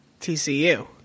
TCU